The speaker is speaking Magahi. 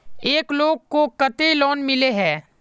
एक लोग को केते लोन मिले है?